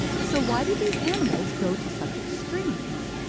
so why do these animals go to such extremes?